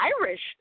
Irish